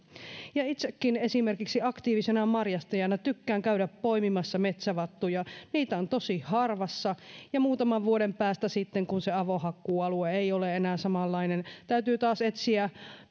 itsekin esimerkiksi aktiivisena marjastajana tykkään käydä poimimassa metsävattuja niitä on tosi harvassa ja muutaman vuoden päästä sitten kun se avohakkuualue ei ole enää samanlainen täytyy taas etsiä